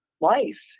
life